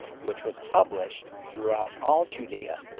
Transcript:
which was published throughout all judaea,